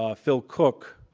ah phil cook,